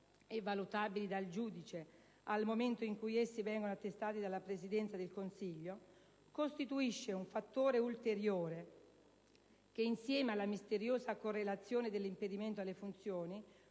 e valutabili dal giudice al momento in cui essi vengono attestati dalla Presidenza del Consiglio, costituisce un fattore ulteriore che, insieme alla misteriosa correlazione dell'impedimento alle funzioni,